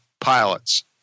pilots